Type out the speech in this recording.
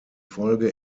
folge